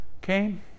came